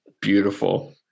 beautiful